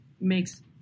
makes